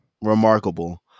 remarkable